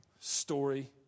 story